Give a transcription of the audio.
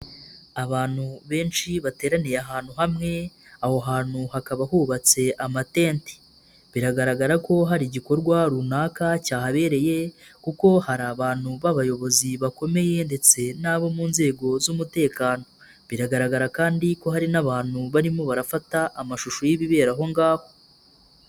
Abantu benshi bateraniye ahantu hamwe, aho hantu hakaba hubatse amatente, biragaragara ko hari igikorwa runaka cyahabereye kuko hari abantu b'abayobozi bakomeye ndetse n'abo mu nzego z'umutekano biragaragara kandi ko hari n'abantu barimo barafata amashusho y'ibibera ahongaho.